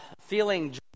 feeling